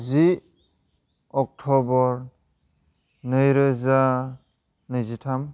जि October नैरोजा नैजिथाम